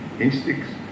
Instincts